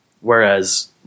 Whereas